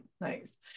Nice